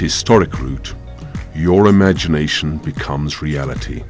historic route your imagination becomes reality